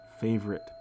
favorite